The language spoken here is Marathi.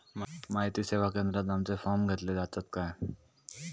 माहिती सेवा केंद्रात आमचे फॉर्म घेतले जातात काय?